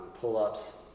pull-ups